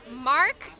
Mark